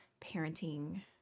parenting